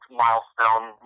milestone